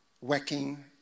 working